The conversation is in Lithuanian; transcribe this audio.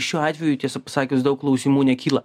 šiuo atveju tiesą pasakius daug klausimų nekyla